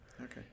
Okay